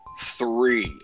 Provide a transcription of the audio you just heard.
three